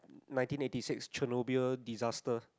nineteen eighty six Chernobyl disaster